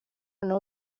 noneho